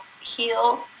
heal